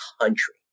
country